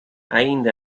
ainda